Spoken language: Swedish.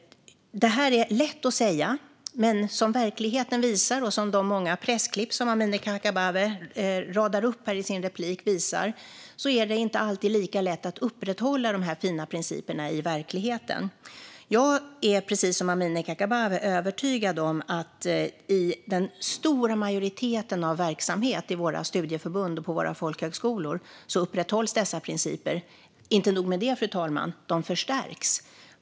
Det är lätt att säga. Men som verkligheten och de många pressklipp som Amineh Kakabaveh radar upp här visar är det inte alltid lika lätt att upprätthålla de fina principerna. Jag är precis som Amineh Kakabaveh övertygad om att dessa principer upprätthålls i verksamheten i den stora majoriteten av våra studieförbund och på våra folkhögskolor. Och det är inte nog med det, fru talman, utan de förstärks.